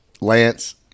lance